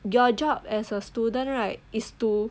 your job as a student right is to